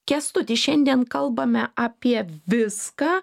kęstuti šiandien kalbame apie viską